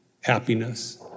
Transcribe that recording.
happiness